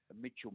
Mitchell